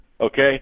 Okay